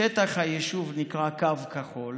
שטח היישוב נקרא קו כחול